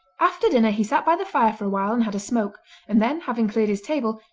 after dinner he sat by the fire for a while and had a smoke and then, having cleared his table,